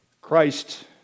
Christ